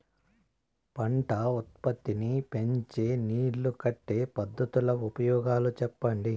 పంట ఉత్పత్తి నీ పెంచే నీళ్లు కట్టే పద్ధతుల ఉపయోగాలు చెప్పండి?